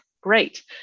Great